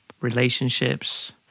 relationships